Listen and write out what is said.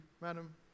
madam